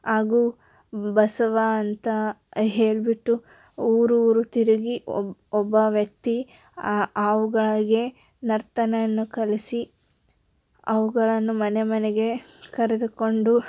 ಹಾಗೂ ಬಸವ ಅಂತ ಹೇಳಿಬಿಟ್ಟು ಊರೂರು ತಿರುಗಿ ಒಬ್ಬ ಒಬ್ಬ ವ್ಯಕ್ತಿ ಅವ್ಗಳಿಗೆ ನರ್ತನೆಯನ್ನು ಕಲಿಸಿ ಅವುಗಳನ್ನು ಮನೆಮನೆಗೆ ಕರೆದುಕೊಂಡು